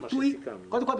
קודם כול,